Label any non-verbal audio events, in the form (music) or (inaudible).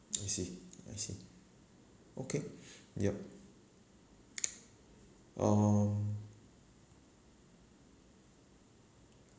(noise) I see I see okay yup (noise) um